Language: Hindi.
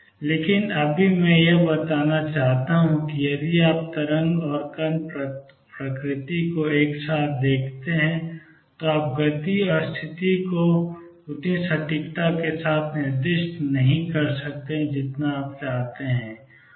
लेकिन अभी मैं यह बताना चाहता हूं कि यदि आप तरंग और कण प्रकृति को एक साथ देखते हैं तो आप गति और स्थिति को उतनी सटीकता के साथ निर्दिष्ट नहीं कर सकते जितना आप चाहते हैं